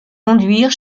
conduire